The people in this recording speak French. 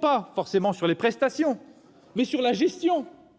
pas forcément sur les prestations, mais dans la gestion